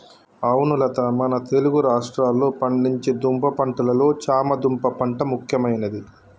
అవును లత మన తెలుగు రాష్ట్రాల్లో పండించే దుంప పంటలలో చామ దుంప పంట ముఖ్యమైనది